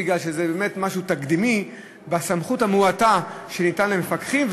בגלל שזה באמת משהו תקדימי בסמכות המועטה שניתנת למפקחים,